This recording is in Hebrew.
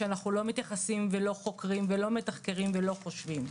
שאנחנו לא מתייחסים ולא חוקרים ולא מתחקרים ולא חושבים,